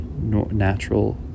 natural